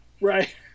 right